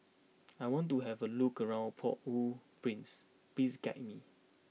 I want to have a look around Port Au Prince please guide me